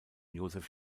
josef